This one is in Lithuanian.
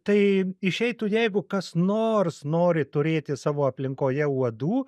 tai išeitų jeigu kas nors nori turėti savo aplinkoje uodų